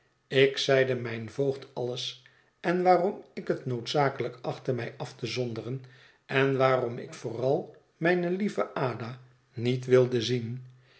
ik zeide mijn voogd alles en waarom ik het noodzakelijk achtte mij af te zonderen en waarom ik vooral mijne lieve ada niet wilde zien